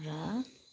र